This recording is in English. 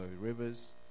rivers